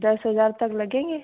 दस हज़ार तक लगेंगे